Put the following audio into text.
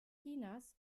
chinas